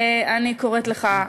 אני קוראת לך,